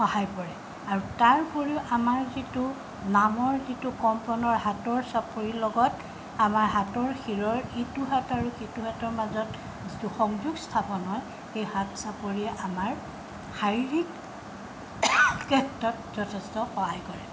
সহায় কৰে আৰু তাৰ উপৰিও আমাৰ যিটো নামৰ যিটো কম্পনৰ হাতৰ চাপৰি লগত আমাৰ হাতৰ শিৰৰ ইটো হাত আৰু সিটো হাতৰ মাজত যিটো সংযোগ স্থাপন হয় সেই হাত চাপৰিয়ে আমাৰ শাৰীৰিক ক্ষেত্ৰত যথেষ্ট সহায় কৰে